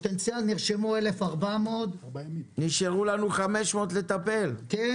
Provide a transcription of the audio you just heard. נרשמו 1,400. נשארו לנו 500 לטפל בהם,